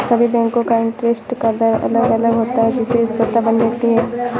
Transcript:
सभी बेंको का इंटरेस्ट का दर अलग अलग होता है जिससे स्पर्धा बनी रहती है